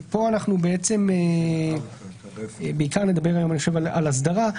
היום נדבר בעיקר על אסדרה.